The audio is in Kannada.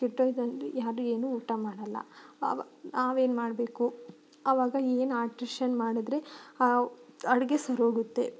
ಕೆಟ್ಟೋಯ್ತು ಅಂದರೆ ಯಾರು ಏನೂ ಊಟ ಮಾಡೋಲ್ಲ ಆವ ನಾವೇನು ಮಾಡಬೇಕು ಅವಾಗ ಏನು ಆಲ್ಟ್ರೇಶನ್ ಮಾಡಿದ್ರೆ ಅಡುಗೆ ಸರೋಗುತ್ತೆ